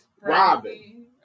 Robin